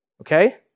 Okay